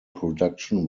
production